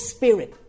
Spirit